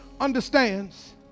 understands